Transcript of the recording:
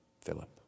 Philip